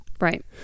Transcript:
right